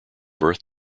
birth